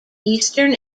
eastern